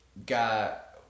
got